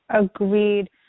Agreed